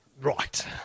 Right